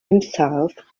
himself